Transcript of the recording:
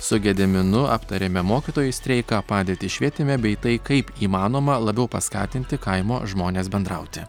su gediminu aptarėme mokytojų streiką padėtį švietime bei tai kaip įmanoma labiau paskatinti kaimo žmones bendrauti